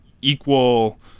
equal